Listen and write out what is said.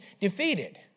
defeated